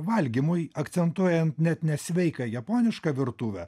valgymui akcentuojant net ne sveiką japonišką virtuvę